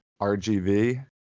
RGV